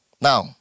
Now